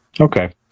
okay